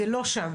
זה לא שם.